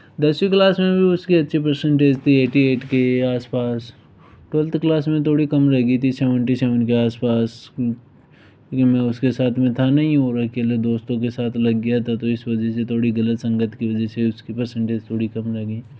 दसवी क्लास में भी उसकी अच्छी परसेंटेज थी ऐटी ऐट के आस पास ट्वेल्थ क्लास में थोड़ी कम रह गई थी सेवेनटी सेवन के आस पास क्योंकि मैं उसके साथ में था नहीं और अकेले दोस्तों के साथ लग गया था तो इस वजह से थोड़ी गलत संगत की वजह से उसकी परसेंटेज थोड़ी कम रह गई